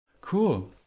Cool